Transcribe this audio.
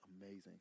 amazing